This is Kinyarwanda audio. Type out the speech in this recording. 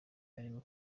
arimo